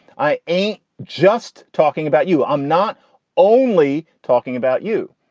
i ain't just talking about you. i'm not only talking about you.